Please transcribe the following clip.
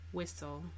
Whistle